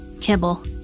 Kibble